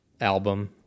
album